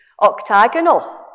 octagonal